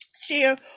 share